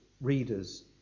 readers